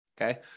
okay